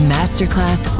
Masterclass